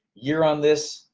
year on this,